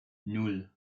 nan